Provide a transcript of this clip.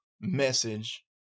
message